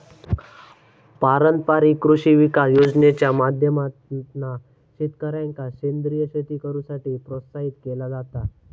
पारंपारिक कृषी विकास योजनेच्या माध्यमातना शेतकऱ्यांका सेंद्रीय शेती करुसाठी प्रोत्साहित केला जाता